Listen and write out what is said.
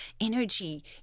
energy